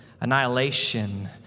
annihilation